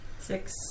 Six